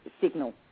signal